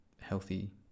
healthy